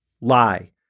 Lie